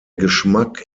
geschmack